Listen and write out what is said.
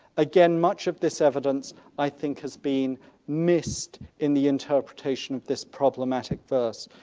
again much of this evidence i think has been missed in the interpretation of this problematic verse.